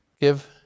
give